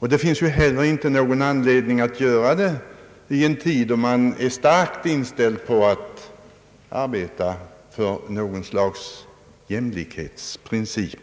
Det finns heller inte någon anledning att göra det i en tid då man är starkt inställd på att arbeta för ett slags jämlikhetsprincip.